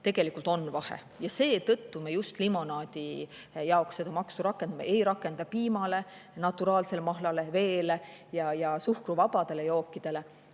Tegelikult on vahe. Ja seetõttu me just limonaadile seda maksu rakendame. Ei rakenda piimale, naturaalsele mahlale, veele ja suhkruvabadele jookidele.